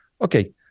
Okay